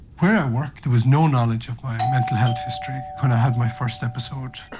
where i work there was no knowledge of my mental health history when i had my first episode.